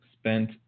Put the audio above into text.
spent